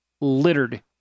littered